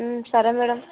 సరే మ్యాడమ్